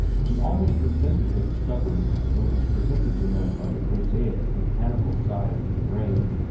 he almost resented the discovery, when it was presented to him by the prosaic, mechanical side of his brain,